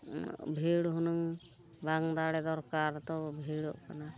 ᱵᱷᱤᱲ ᱦᱩᱱᱟᱹᱝ ᱵᱟᱝ ᱫᱟᱲᱮ ᱫᱚᱨᱠᱟᱨ ᱛᱚ ᱵᱷᱤᱲᱚᱜ ᱠᱟᱱᱟ